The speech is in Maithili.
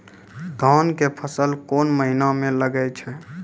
धान के फसल कोन महिना म लागे छै?